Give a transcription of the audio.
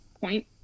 point